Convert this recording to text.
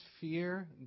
fear